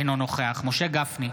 אינו נוכח משה גפני,